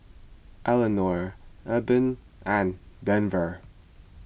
Elinore Eben and Denver